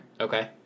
Okay